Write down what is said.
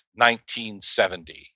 1970